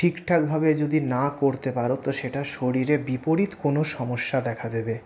ঠিকঠাকভাবে যদি না করতে পার তো সেটা শরীরের বিপরীত কোনও সমস্যা দেখা দেবে